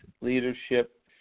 leadership